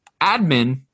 admin